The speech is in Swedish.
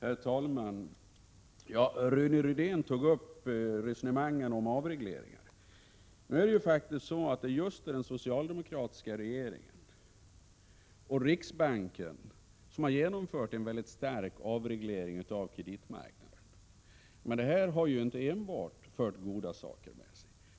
Herr talman! Rune Rydén tog upp resonemangen om avregleringar. Det är faktiskt just den socialdemokratiska regeringen och riksbanken som har genomfört en väldigt stark avreglering av kreditmarknaden, men det har inte enbart fört goda saker med sig.